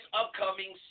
upcoming